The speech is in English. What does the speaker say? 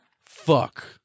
fuck